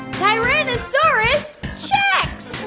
tyrannosaurus checks